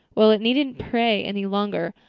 well, it needn't prey any longer.